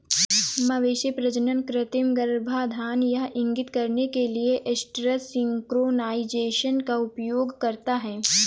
मवेशी प्रजनन कृत्रिम गर्भाधान यह इंगित करने के लिए एस्ट्रस सिंक्रोनाइज़ेशन का उपयोग करता है